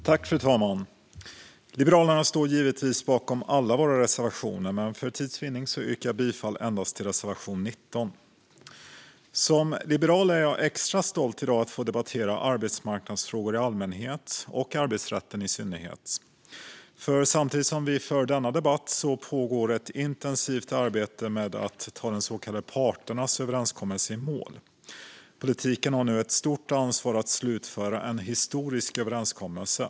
Fru talman! Vi i Liberalerna står givetvis bakom alla våra reservationer, men för tids vinnande yrkar jag bifall endast till reservation 19. Som liberal är jag extra stolt i dag över att få debattera arbetsmarknadsfrågor i allmänhet och arbetsrätt i synnerhet. För samtidigt som vi för denna debatt pågår ett intensivt arbete med att ta den så kallade parternas överenskommelse i mål. Politiken har nu ett stort ansvar att slutföra en historisk överenskommelse.